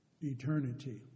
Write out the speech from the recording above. eternity